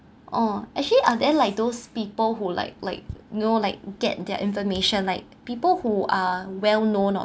oh actually are they like those people who like like you know like get their information like people who are well known or